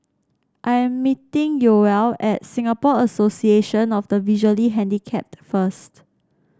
I am meeting Yoel at Singapore Association of the Visually Handicapped first